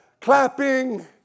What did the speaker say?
clapping